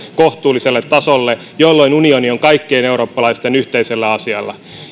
kohtuulliselle tasolle jolloin unioni on kaikkien eurooppalaisten yhteisellä asialla